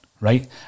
Right